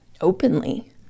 openly